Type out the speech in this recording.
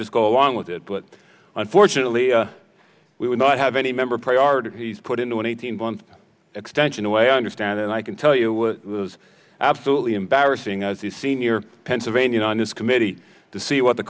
just go along with it but unfortunately we would not have any member priorities put into an eighteen month extension the way i understand and i can tell you is absolutely embarrassing as the senior pennsylvania on this committee to see what the